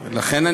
לכן,